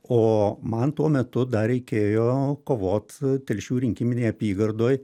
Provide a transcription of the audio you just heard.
o man tuo metu dar reikėjo kovot telšių rinkiminėj apygardoj